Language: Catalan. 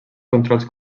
controls